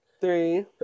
three